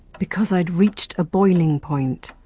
because i'd reached a boiling point.